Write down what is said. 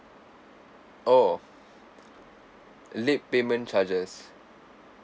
oh late payment charges